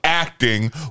Acting